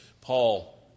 Paul